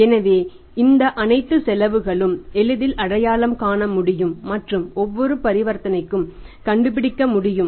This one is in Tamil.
எனவே இந்த அனைத்து செலவுகளும் எளிதில் அடையாளம் காண முடியும் மற்றும் ஒவ்வொரு பரிவர்த்தனைக்கும் கண்டுபிடிக்க முடியும்